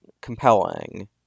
compelling